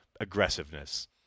aggressiveness